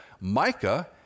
Micah